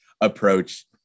approach